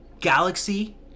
galaxy